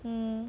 um